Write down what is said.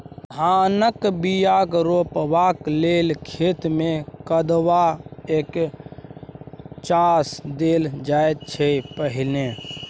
धानक बीया रोपबाक लेल खेत मे कदबा कए चास देल जाइ छै पहिने